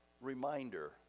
reminder